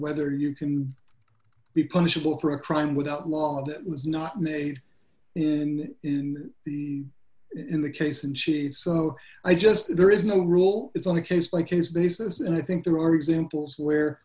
whether you can be punishable for a crime without law that was not made in in the in the case in chief i just there is no rule it's on a case by case basis and i think there are examples where